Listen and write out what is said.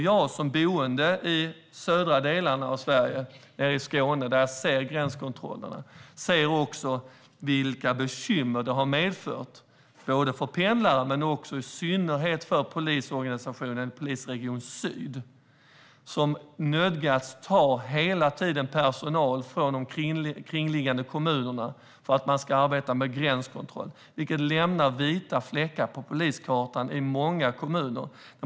Jag som boende i de södra delarna av Sverige, nere i Skåne, ser gränskontrollerna och ser också vilka bekymmer de har medfört för pendlare men i synnerhet för polisorganisationen Polisregion Syd, som hela tiden nödgas ta personal från de kringliggande kommunerna för att arbeta med gränskontroller. Detta lämnar vita fläckar på poliskartan i många kommuner.